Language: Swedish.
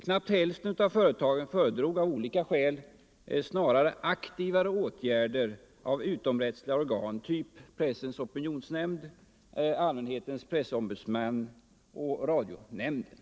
Knappt hälften av företagen föredrog av olika skäl snarare aktivare åtgärder av utomrättsliga organ av typ Pressens opinionsnämnd, Allmänhetens pressombudsman och Radionämnden.